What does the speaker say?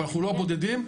לא הבודדים.